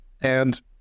And-